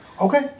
Okay